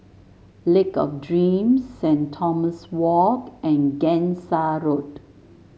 Lake of Dreams Saint Thomas Walk and Gangsa Road